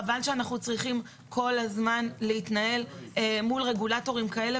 חבל שאנחנו צריכים כל הזמן להתנהל מול רגולטורים כאלה